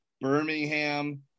Birmingham